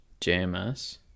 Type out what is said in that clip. JMS